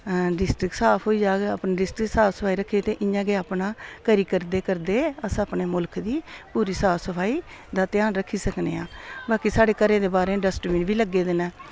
district साफ होई जाग अपनी डिस्ट्रिक साफ सफाई रक्खी ते इ'यां गै अपना करी करदे करदे अस अपने मुल्ख दी पूरी साफ सफाई दा ध्यान रक्खी सकने आं बाकी साढ़े घरें दे बाह्रें डस्टबिन बी लग्गे दे न